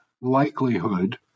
likelihood